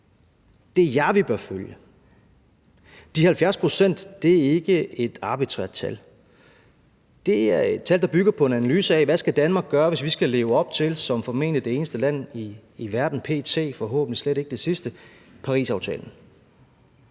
Det er jer, vi bør følge. De 70 pct. er jo ikke et arbitrært tal. Det er et tal, der bygger på en analyse af, hvad Danmark skal gøre, hvis vi skal leve op til – som formentlig det eneste land i verden p.t., forhåbentlig slet ikke det sidste – Parisaftalen.